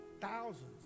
Thousands